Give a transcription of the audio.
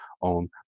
on